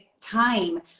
time